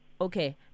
Okay